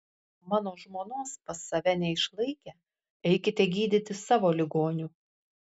mano žmonos pas save neišlaikę eikite gydyti savo ligonių